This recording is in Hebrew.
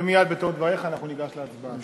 ומייד בתום דבריך אנחנו ניגש להצבעה.